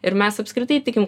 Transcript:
ir mes apskritai tikim